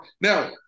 Now